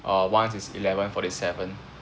uh once is eleven forty seven